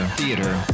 theater